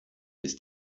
ist